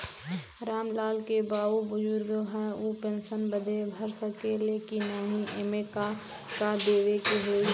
राम लाल के बाऊ बुजुर्ग ह ऊ पेंशन बदे भर सके ले की नाही एमे का का देवे के होई?